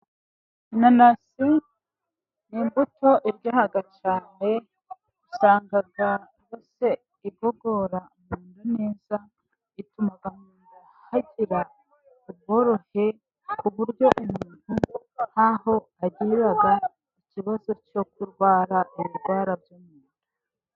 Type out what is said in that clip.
Inanasi ni imbuto iryoha cyane. Usanga hose igogora umubiri neza, ituma mu nda hagira ubworohe ku buryo umuntu nk’aho agirira ikibazo cyo kurwara ibirwara byinshi.